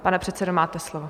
Pane předsedo, máte slovo.